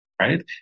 right